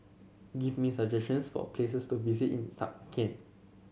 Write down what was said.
give me some suggestions for places to visit in Tashkent